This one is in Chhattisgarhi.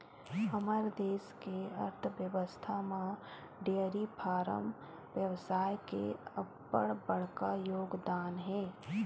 हमर देस के अर्थबेवस्था म डेयरी फारम बेवसाय के अब्बड़ बड़का योगदान हे